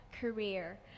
career